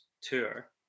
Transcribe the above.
tour